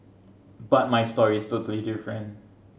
but my story is totally different